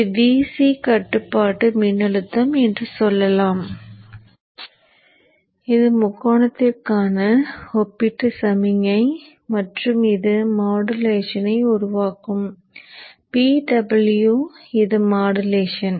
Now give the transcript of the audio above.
இது Vc கட்டுப்பாட்டு மின்னழுத்தம் என்று சொல்லலாம் இது முக்கோணத்திற்கான ஒப்பீட்டு சமிக்ஞை மற்றும் இது மாடுலேஷனை உருவாக்கும் PW இது மாடுலேஷன்